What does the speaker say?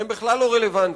הן בכלל לא רלוונטיות.